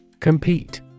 Compete